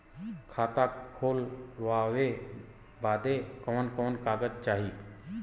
खाता खोलवावे बादे कवन कवन कागज चाही?